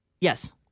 Yes